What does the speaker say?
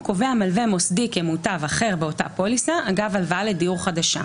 קובע מלווה מוסדי כמוטב אחר באותה פוליסה אגב הלוואה לדיור חדשה,